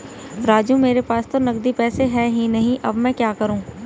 राजू मेरे पास तो नगदी पैसे है ही नहीं अब मैं क्या करूं